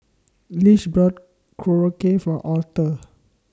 Lish bought Korokke For Aurthur